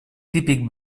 típic